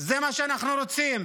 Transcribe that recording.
זה מה שאנחנו רוצים.